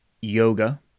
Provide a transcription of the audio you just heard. yoga